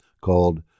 called